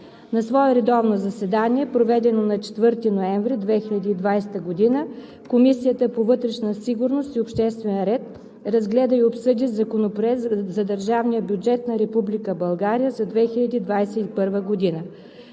На свое редовно заседание, проведено на 4 ноември 2020 г., Комисията по вътрешна сигурност и обществен ред разгледа и обсъди Законопроект за държавния бюджет на Република